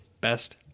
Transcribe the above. best